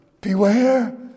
beware